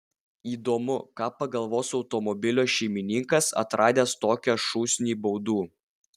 įdomu ką pagalvos automobilio šeimininkas atradęs tokią šūsnį baudų